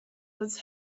was